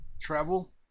travel